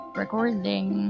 recording